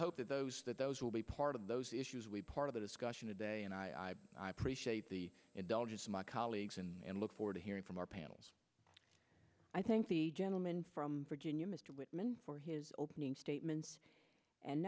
hope that those that those will be part of those issues we part of the discussion today and i appreciate the indulgence of my colleagues and look forward to hearing from our panels i thank the gentleman from virginia mr whitman for his opening statements and